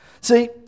See